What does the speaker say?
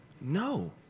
no